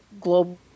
global